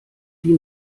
die